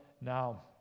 now